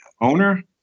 owner